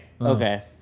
Okay